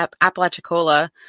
Apalachicola